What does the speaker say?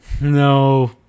No